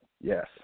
yes